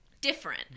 different